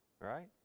right